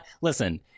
Listen